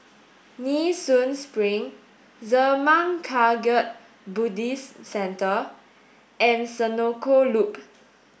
Nee Soon Spring Zurmang Kagyud Buddhist Centre and Senoko Loop